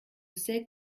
sais